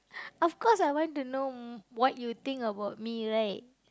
of course I want to know what you think about me right